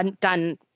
done